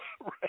Right